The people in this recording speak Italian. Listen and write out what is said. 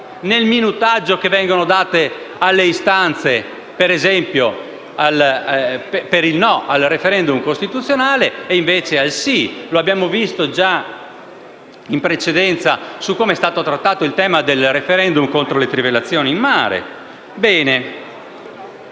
nel minutaggio che viene dato alle istanze, per esempio, per il no al *referendum* costituzionale invece che al sì. Lo abbiamo visto già in precedenza su come è stato trattato il tema del *referendum* contro le trivellazioni in mare.